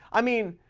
i mean,